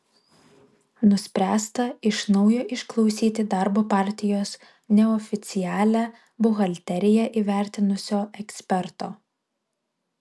nuspręsta iš naujo išklausyti darbo partijos neoficialią buhalteriją įvertinusio eksperto